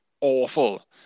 awful